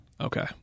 Okay